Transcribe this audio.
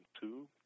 two